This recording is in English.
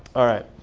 all right,